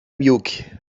milk